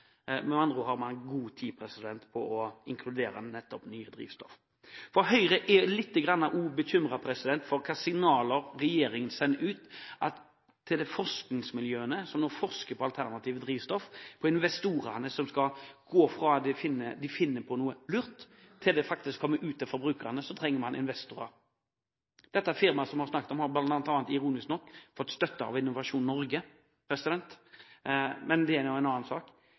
med andre ord god tid til å inkludere nettopp nye drivstoff. Høyre er også lite grann bekymret for hvilke signaler regjeringen sender ut til de forskningsmiljøene som nå forsker på alternative drivstoff, og til de investorene som disse skal gå til når de finner på noe lurt. For at dette skal komme ut til forbrukerne, trenger man investorer. Det firmaet som vi har snakket om, har bl.a. – ironisk nok – fått støtte av Innovasjon Norge, det er nå en annen sak.